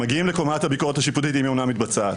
מגיעים לקומת הביקורת השיפוטית אם היא אומנם מתבצעת.